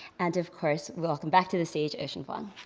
and of course, welcome back to the stage ocean vuong.